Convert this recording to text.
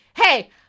hey